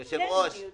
כן, אני יודעת.